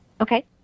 Okay